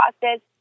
process